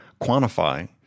quantify